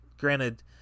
granted